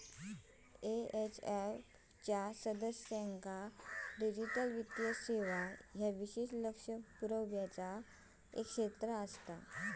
AFI सदस्यांसाठी digital वित्तीय सेवा ह्या विशेष लक्ष पुरवचा एक क्षेत्र आसा